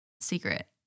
secret